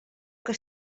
que